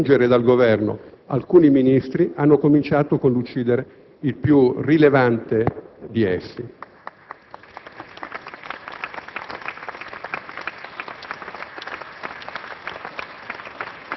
Hanno chiesto di espungere dal Governo alcuni Ministri; hanno cominciato con l'uccidere il più rilevante di essi. *(Applausi